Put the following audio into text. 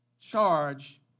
charge